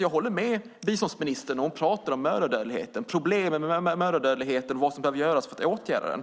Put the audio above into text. Jag håller med om vad biståndsministern säger om vad som behöver göras för att åtgärda problemen med mödradödlighet.